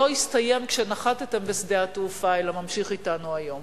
שלא הסתיים כשנחתתם בשדה התעופה אלא ממשיך אתנו היום.